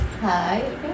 hi